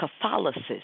Catholicism